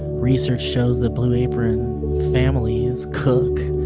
research shows that blue apron families cook.